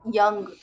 young